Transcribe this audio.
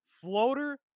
floater